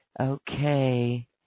Okay